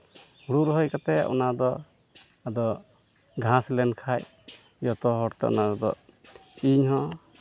ᱦᱩᱲᱩ ᱨᱚᱦᱚᱭ ᱠᱟᱛᱮᱫ ᱚᱱᱟ ᱫᱚ ᱟᱫᱚ ᱜᱷᱟᱥ ᱞᱮᱱᱠᱷᱟᱱ ᱡᱚᱛᱚ ᱦᱚᱲᱛᱮ ᱚᱱᱟ ᱫᱚ ᱤᱧ ᱦᱚᱸ